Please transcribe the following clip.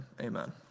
Amen